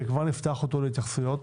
וכבר נפתח אותו להתייחסויות,